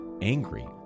angry